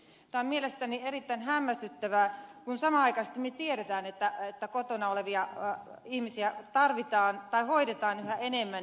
tämä on mielestäni erittäin hämmästyttävää kun samanaikaisesti tiedämme että kotona olevia ihmisiä hoidetaan yhä enemmän